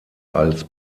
als